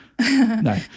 No